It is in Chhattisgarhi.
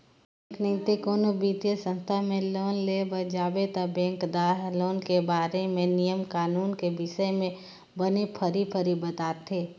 बेंक नइते कोनो बित्तीय संस्था में लोन लेय बर जाबे ता बेंकदार हर लोन के बारे म नियम कानून कर बिसे में बने फरी फरी बताथे